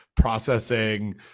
processing